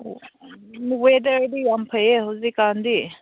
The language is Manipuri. ꯋꯦꯗꯔꯗꯤ ꯌꯥꯝ ꯐꯩꯌꯦ ꯍꯧꯖꯤꯛꯀꯥꯟꯗꯤ